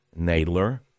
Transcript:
Nadler